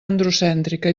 androcèntrica